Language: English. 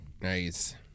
Nice